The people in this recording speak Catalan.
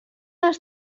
les